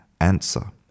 answer